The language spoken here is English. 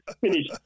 finish